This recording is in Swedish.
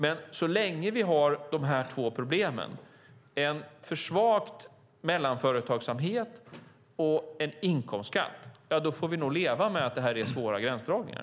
Men så länge vi har de här två problemen - en för svag mellanföretagsamhet och en inkomstskatt - får vi nog leva med att det här är svåra gränsdragningar.